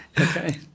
Okay